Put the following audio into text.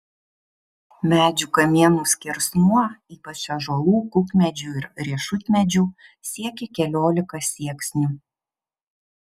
medžių kamienų skersmuo ypač ąžuolų kukmedžių ir riešutmedžių siekė keliolika sieksnių